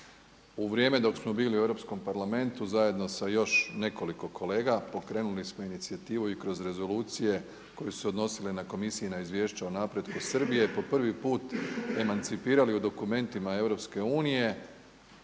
U vrijeme dok smo bili u Europskom parlamentu zajedno sa još nekoliko kolega pokrenuli smo inicijativu i kroz rezolucije koje su se odnosila na komisije i izvješća o napretku Srbije po prvi put emancipirali u dokumentima EU zakon